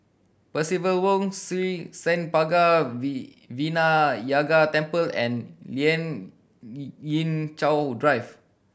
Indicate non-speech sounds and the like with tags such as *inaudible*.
Percival *unintelligible* Sri Senpaga V Vinayagar Temple and Lien *unintelligible* Ying Chow Drive